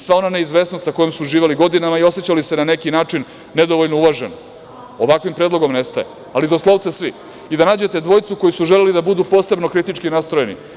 Sva ona neizvesnost sa kojom su živeli godinama i osećali se na neki način nedovoljno uvažen, ovakvim predlogom nestaje, ali doslovce svi, i da nađete dvojicu koji su želeli da budu posebno kritički nastrojeni.